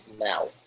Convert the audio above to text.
now